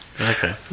Okay